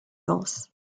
vence